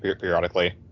periodically